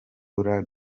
rambura